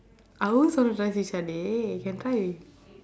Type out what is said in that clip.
I also dey can try